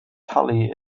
tully